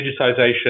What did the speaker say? digitization